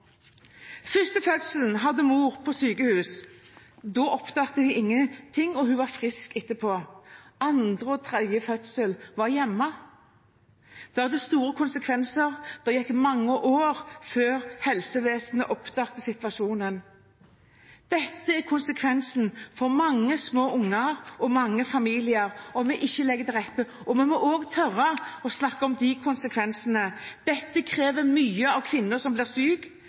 første fødselen hadde mor på sykehus. Da oppdaget de ingenting, og hun var frisk etterpå. Andre og tredje fødsel var hjemme. Det hadde store konsekvenser. Det gikk mange år før helsevesenet oppdaget situasjonen. Dette er konsekvensen for mange små unger og mange familier om vi ikke legger til rette. Vi må også tørre å snakke om disse konsekvensene. Det krever mye av kvinnene som blir